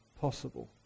possible